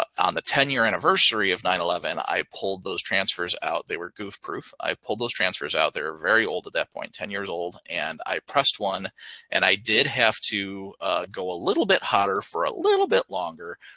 on the ten-year anniversary of nine eleven, i pulled those transfers out. they were goof proof. i pulled those transfers out. they're very old at that point, ten years old. and i pressed one and i did have to go a little bit hotter for a little bit longer,